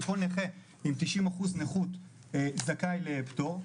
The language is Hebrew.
שכל נכה עם תשעים אחוז נכות זכאי לפטור,